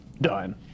done